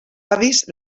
avis